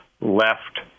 left